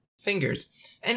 fingers